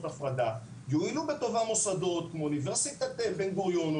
הפרדה יואילו בטובם מוסדות כמו אוניברסיטת בן-גוריון,